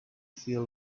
feel